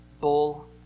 bull